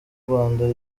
rwanda